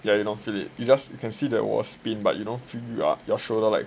yeah you don't feel it you just you can see that it will spin but you don't feel your shoulder like